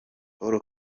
paul